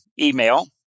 email